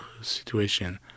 situation